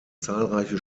zahlreiche